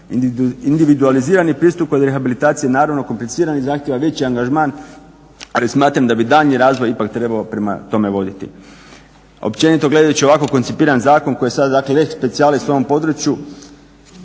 Individualizirani pristup kod rehabilitacije naravno kompliciranih zahtijeva veći angažman, ali smatram da bi daljnji razvoj ipak trebao prema tome voditi. Općenito gledajući ovako koncipiran zakon koji je sad dakle lex specialis u ovom području